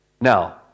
Now